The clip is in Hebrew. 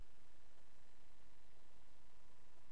עכשיו